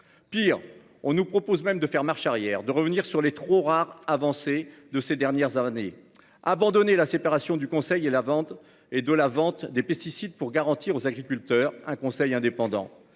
Pire, on nous propose même de faire marche arrière de revenir sur les trop rares avancées de ces dernières années. Abandonner la séparation du conseil et la vente et de la vente des pesticides pour garantir aux agriculteurs un conseil indépendant